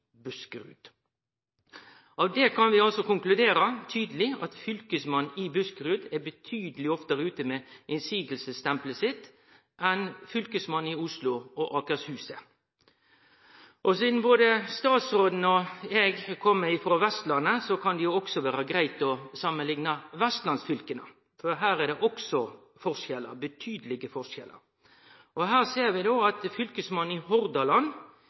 kan vi konkludere tydeleg at Fylkesmannen i Buskerud er betydeleg oftare ute med motsegnstempelet sitt enn Fylkesmannen i Oslo og Akershus er. Sidan både statsråden og eg kjem frå Vestlandet, kan det også vere greitt å samanlikne vestlandsfylka, for her er det også forskjellar – betydelege forskjellar. Her ser vi at Fylkesmannen i Hordaland